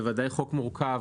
בוודאי חוק מורכב,